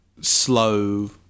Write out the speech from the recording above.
slow